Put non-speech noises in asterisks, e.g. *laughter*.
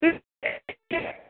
*unintelligible*